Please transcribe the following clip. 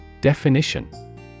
Definition